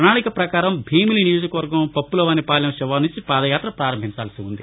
పణాళిక పకారం భీమిలి నియోజకవర్గం పప్పలవాని పాలెం శివారు నుంచి పాదయాత ప్రారంభించాల్సి ఉంది